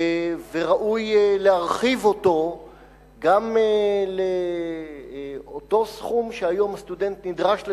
וראוי להרחיב אותו גם לאותו סכום שהיום הסטודנט נדרש לשלם,